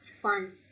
fun